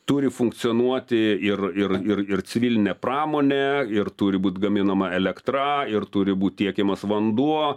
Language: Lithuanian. turi funkcionuoti ir ir ir civilinė pramonė ir turi būt gaminama elektra ir turi būt tiekiamas vanduo